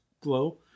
glow